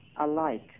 alike